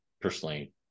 personally